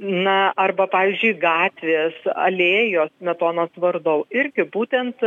na arba pavyzdžiui gatvės alėjos smetonos vardu irgi būtent